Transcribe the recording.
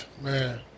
man